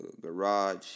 garage